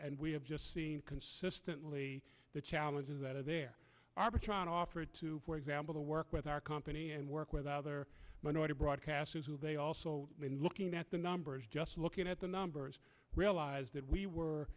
and we have just seen consistently the challenges that are there arbitron offered for example to work with our company and work with other minority broadcasters who they also looking at the numbers just looking at the numbers realized that we were